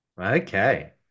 Okay